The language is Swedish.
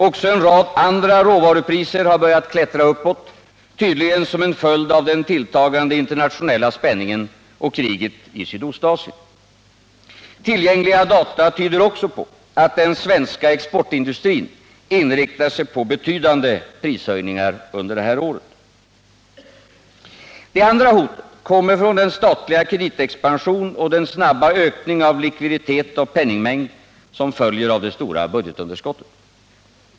Också en rad andra råvarupriser har börjat klättra uppåt, tydligen som en följd av den tilltagande internationella spänningen och kriget i Sydostasien. Tillgängliga data tyder också på att den svenska exportindustrin inriktar sig på betydande prishöjningar under det här året. Det andra hotet kommer från den statliga kreditexpansion och den snabba ökning av likviditet och penningmängd som följer av det stora budgetunderskottet.